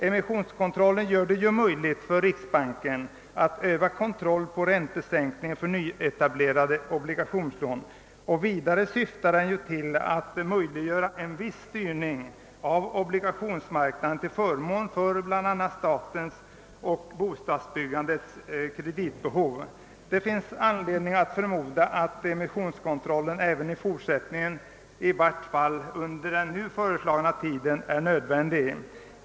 Emissionskontrollen gör det ju möjligt för riksbanken att öva kontroll över räntesättningen för nyetablerade obligationslån, och vidare syftar den till att möjliggöra en viss styrning av obligationsmarknaden till förmån för bl.a. statens och bostadsbyggandets kreditbehov. Det finns anledning förmoda att emissionskontrollen även i fortsättningen, i vart fall under den nu föreslagna tiden, är nödvändig.